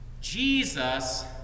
Jesus